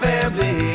family